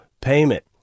payment